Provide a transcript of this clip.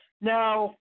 now